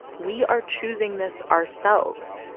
we are choosing this ourselves.